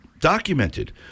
documented